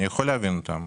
אני יכול להבין אותם.